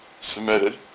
submitted